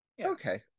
okay